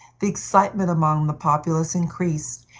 the excitement among the populace increased,